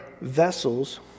vessels